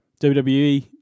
WWE